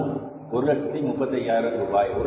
அது 135000 ரூபாய்